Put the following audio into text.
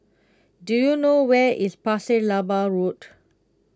do you know where is Pasir Laba Road